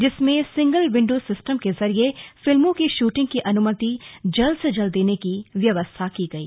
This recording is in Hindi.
जिसमें सिंगल विंडो सिस्टम के जरिये फिल्मों की शूटिंग की अनुमति जल्द से जल्द देने की व्यवस्था की गई